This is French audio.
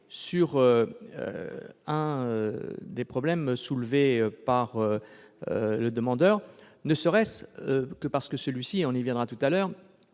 l'un des problèmes soulevés par le demandeur, ne serait-ce que parce que celui-ci, nous y reviendrons tout à l'heure,